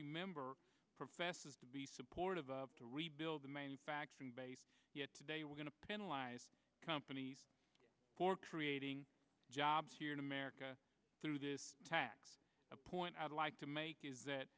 member professes to be supportive of to rebuild the manufacturing base yet today we're going to penalize companies for creating jobs here in america through this tax a point i'd like to make is that